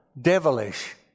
devilish